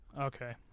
okay